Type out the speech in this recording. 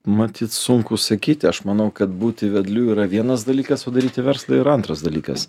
matyt sunku sakyti aš manau kad būti vedliu yra vienas dalykas o daryti verslą ir antras dalykas